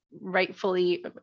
rightfully